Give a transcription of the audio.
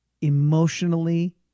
emotionally